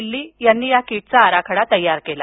दिल्ली यांनी या किटचा आराखडा तैय्यार केला